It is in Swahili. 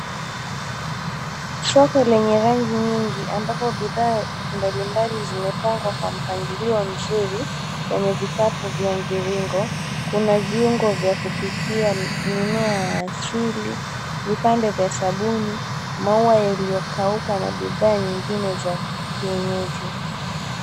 Soko lenye rangi nyingi ambapo bidhaa mbalimbali zimepangwa kwa mpangilio mzuri kwenye vikapu vya mviringo. Kuna viungo vya kupikia, mimea ya asili, vipande vya sabuni, maua yaliyokauka na bidhaa nyingine za kienyeji.